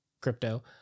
crypto